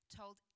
told